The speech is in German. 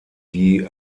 die